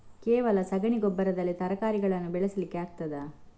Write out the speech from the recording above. ಕೇವಲ ಸಗಣಿ ಗೊಬ್ಬರದಲ್ಲಿ ತರಕಾರಿಗಳನ್ನು ಬೆಳೆಸಲಿಕ್ಕೆ ಆಗ್ತದಾ?